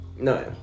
No